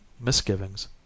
misgivings